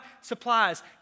supplies